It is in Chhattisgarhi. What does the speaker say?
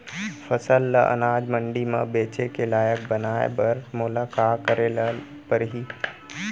फसल ल अनाज मंडी म बेचे के लायक बनाय बर मोला का करे ल परही?